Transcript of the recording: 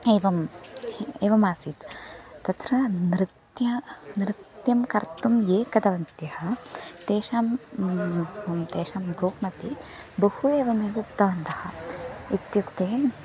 एवम् एवम् आसीत् तत्र नृत्यं नृत्यं कर्तुं ये गतवत्यः तेषां तेषां ग्रूप् मध्ये बहु एवमेव उक्तवन्तः इत्युक्ते